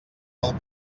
pel